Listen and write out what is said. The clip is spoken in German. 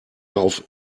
auf